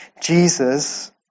Jesus